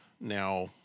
Now